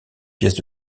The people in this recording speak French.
pièces